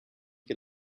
che